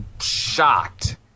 shocked